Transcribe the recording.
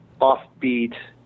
offbeat